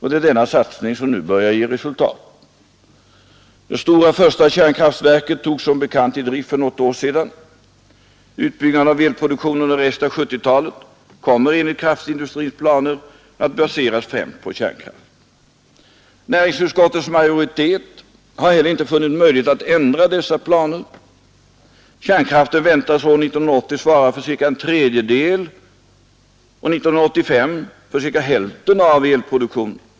Det är denna satsning som nu börjar ge resultat. Det första stora kärnkraftverket togs som bekant i drift för något år sedan, och utbyggnaden av elproduktionen under resten av 1970-talet kommer enligt kraftindustrins planer att baseras främst på kärnkraft. Näringsutskottets majoritet har heller inte funnit det möjligt att ändra dessa planer. Kärnkraften väntas år 1980 svara för cirka en tredjedel och år 1985 för cirka hälften av elproduktionen.